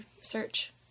search